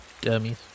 Dummies